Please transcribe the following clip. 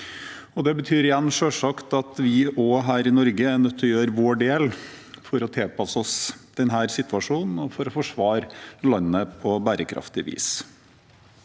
at vi også her i Norge er nødt til å gjøre vår del for å tilpasse oss denne situasjonen og for å forsvare landet på bærekraftig vis.